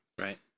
Right